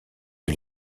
que